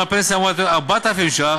אם הפנסיה אמורה להיות 4,000 ש"ח,